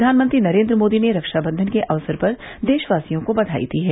प्रधानमंत्री नरेन्द्र मोदी ने रक्षावंधन के अवसर पर देशवासियों को बधाई दी है